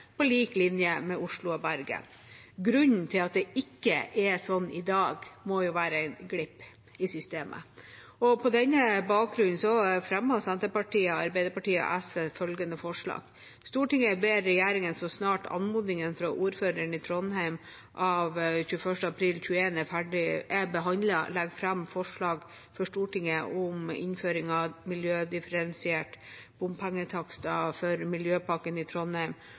på lik linje med Oslo og Bergen. Grunnen til at det ikke er sånn i dag, må være en glipp i systemet. På denne bakgrunn fremmer Senterpartiet, Arbeiderpartiet og SV følgende forslag: «Stortinget ber regjeringen så snart anmodningen fra ordføreren i Trondheim av 21. april 2021 er behandlet, legge fram forslag for Stortinget om innføring av miljødifferensierte bompengetakster for Miljøpakken i Trondheim